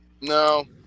no